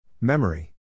Memory